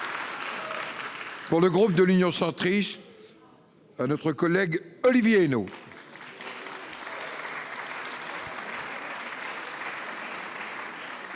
Pour le groupe de l'Union centriste. Notre collègue Olivier Henno.